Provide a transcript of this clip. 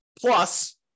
Plus